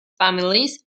families